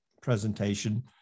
presentation